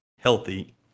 healthy